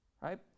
right